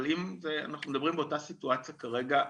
אבל אם אנחנו מדברים באותה סיטואציה כרגע,